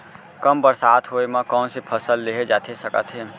कम बरसात होए मा कौन से फसल लेहे जाथे सकत हे?